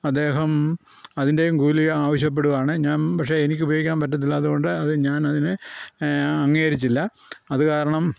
അദ്ദേഹം അതിൻ്റെയും കൂലി ആവശ്യപ്പെടുകാണ് ഞാൻ പക്ഷെ എനിക്ക് ഉപയോഗിക്കാൻ പറ്റത്തില്ലാത്തത് കൊണ്ട് അത് ഞാൻ അതിനെ അംഗീകരിച്ചില്ല അത് കാരണം